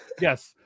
Yes